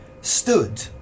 stood